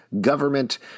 government